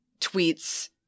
tweets